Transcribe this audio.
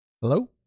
Hello